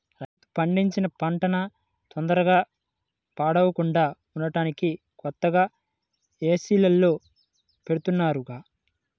రైతు పండించిన పంటన తొందరగా పాడవకుండా ఉంటానికి కొత్తగా ఏసీల్లో బెడతన్నారుగా